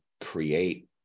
create